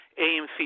AMC